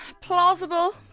plausible